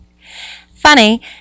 Funny